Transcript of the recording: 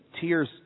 tears